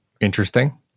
interesting